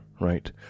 right